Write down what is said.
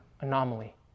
anomaly